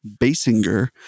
Basinger